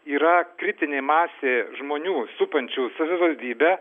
yra kritinė masė žmonių supančių savivaldybę